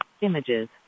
Images